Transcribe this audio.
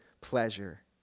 pleasure